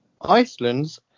Iceland's